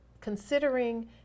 considering